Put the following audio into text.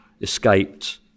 escaped